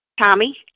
Tommy